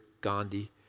Gandhi